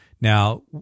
Now